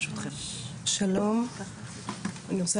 אני רוצה